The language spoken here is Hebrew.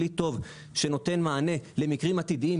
כלי טוב שנותן מענה למקרים עתידיים,